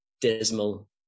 dismal